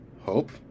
Hope